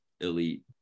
elite